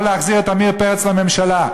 או להחזיר את עמיר פרץ לממשלה.